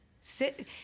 sit